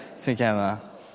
together